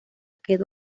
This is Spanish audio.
quedó